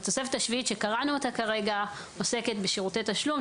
התוספת השביעית שקראנו אותה כרגע עוסקת בשירותי תשלום,